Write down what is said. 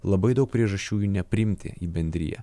labai daug priežasčių jų nepriimti į bendriją